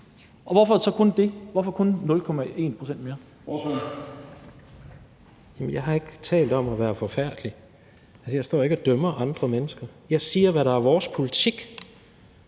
Ordføreren. Kl. 11:40 Jens Rohde (KD): Jeg har ikke talt om at være forfærdelig. Altså, jeg står ikke og dømmer andre mennesker. Jeg siger, hvad der er vores politik.